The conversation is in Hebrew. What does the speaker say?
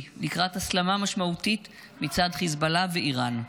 לקראת הסלמה משמעותית מצד חיזבאללה ואיראן.